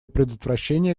предотвращение